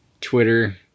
Twitter